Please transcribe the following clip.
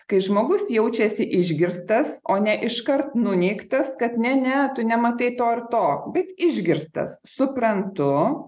kai žmogus jaučiasi išgirstas o ne iškart nuneigtas kad ne ne tu nematai to ir to bet išgirstas suprantu